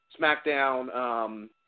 SmackDown –